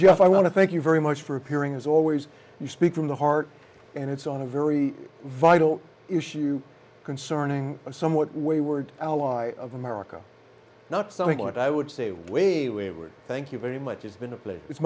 just i want to thank you very much for appearing as always you speak from the heart and it's on a very vital issue concerning a somewhat wayward ally of america not something what i would say way way were thank you very much it's been a